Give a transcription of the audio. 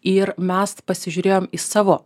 ir mes pasižiūrėjom į savo